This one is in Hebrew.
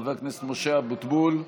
חבר הכנסת משה אבוטבול,